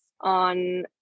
on